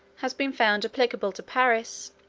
has been found applicable to paris,